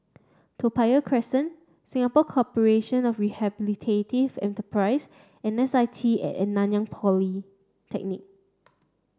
Toa Payoh Crest Singapore Corporation of Rehabilitative Enterprises and S I T at Nanyang Polytechnic